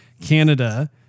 Canada